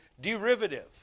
derivative